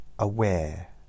aware